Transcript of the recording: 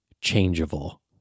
changeable